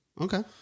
Okay